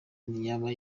ntiyaba